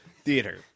theater